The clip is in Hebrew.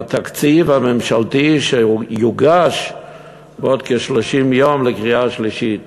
בתקציב הממשלתי שיוגש בעוד כ-30 יום לקריאה שלישית.